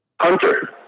Hunter